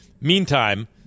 Meantime